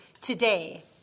today